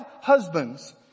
husbands